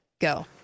go